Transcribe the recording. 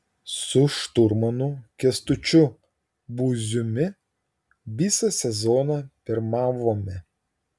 su šturmanu kęstučiu būziumi visą sezoną pirmavome